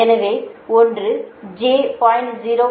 எனவே 1 j 0